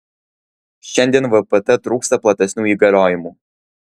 šiandien vpt trūksta platesnių įgaliojimų